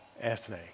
Ethne